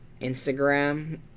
Instagram